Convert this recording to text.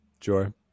Sure